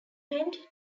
penned